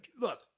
look